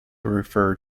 refer